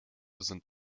sind